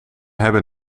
hebben